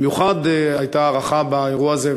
במיוחד הייתה הערכה באירוע הזה,